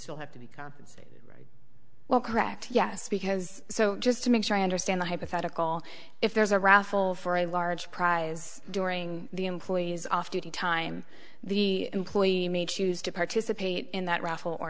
still have to be compensated well correct yes because so just to make sure i understand the hypothetical if there's a raffle for a large prize during the employees off duty time the employee may choose to participate in that raffle or